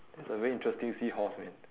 that's a very interesting seahorse man